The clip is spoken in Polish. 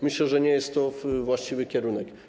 Myślę, że nie jest to właściwy kierunek.